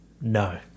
No